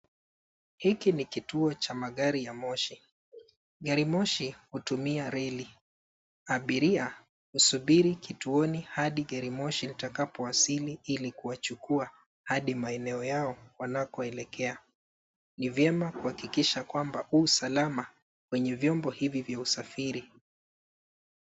Hiki ni kituo cha magari ya moshi. Gari moshi hutumia reli. Abiria husubiri kituoni hadi gari moshi litakapowasili ili kuwachukua hadi maeneo yao wanakoelekea. Ni vyema kuhakikisha kwamba U salama kwenye vyombo hivi vya usafiri.